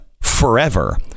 forever